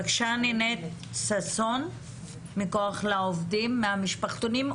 נינט ששון מכוח לעובדים, מהמשפחתונים.